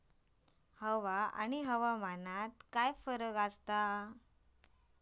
हवा आणि हवामानात काय फरक असा?